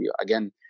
again